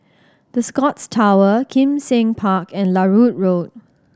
The Scotts Tower Kim Seng Park and Larut Road